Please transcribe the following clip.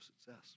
success